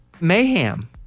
Mayhem